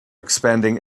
expanding